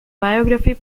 biography